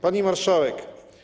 Pani Marszałek!